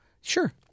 Sure